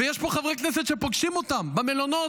ויש פה חברי כנסת שפוגשים אותם במלונות.